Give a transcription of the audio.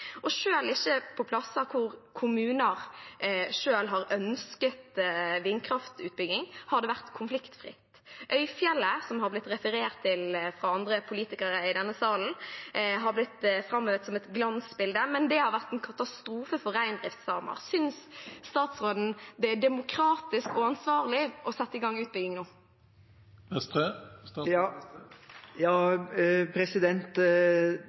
og Sveits. Selv ikke på steder hvor kommuner selv har ønsket vindkraftutbygging, har det vært konfliktfritt. Øyfjellet, som det har blitt referert til fra andre politikere i denne salen, har blitt framhevet som et glansbilde, men det har vært en katastrofe for reindriftssamer. Synes statsråden det er demokratisk og ansvarlig å sette i gang utbygging nå?